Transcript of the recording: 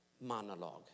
monologue